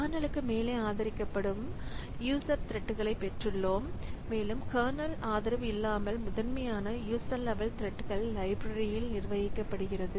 கர்னலுக்கு மேலே ஆதரிக்கப்படும் யூசர் த்ரெட்களைப் பெற்றுள்ளோம் மேலும் கர்னல் ஆதரவு இல்லாமல் முதன்மையான யூசர் லெவல் த்ரெட்கள் லைப்ரரியில் நிர்வகிக்கப்படுகிறது